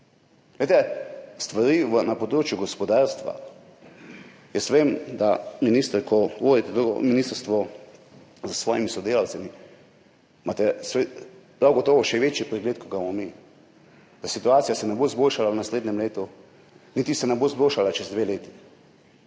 stvari na področju gospodarstva, jaz vem, da imate minister, ki vodite to ministrstvo s svojimi sodelavci, prav gotovo še večji pregled, kot ga imamo mi, da se situacija ne bo izboljšala v naslednjem letu, niti se ne bo izboljšala čez dve leti.